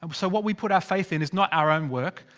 um so what we put our faith in is not our own work.